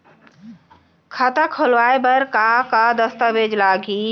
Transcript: खाता खोलवाय बर का का दस्तावेज लागही?